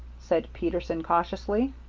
said peterson, cautiously.